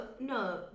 No